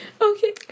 Okay